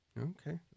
okay